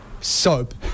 soap